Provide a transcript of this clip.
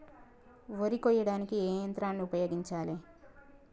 వరి కొయ్యడానికి ఏ యంత్రాన్ని ఉపయోగించాలే?